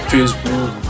Facebook